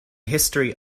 history